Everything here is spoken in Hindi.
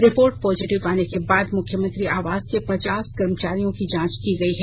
रिपोर्ट पॉजिटिव आने के बाद मुख्यमंत्री आवास के पचास कर्मचारियों की जांच की गई है